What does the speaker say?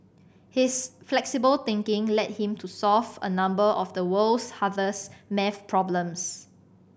his flexible thinking led him to solve a number of the world's hardest maths problems